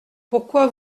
pourquoi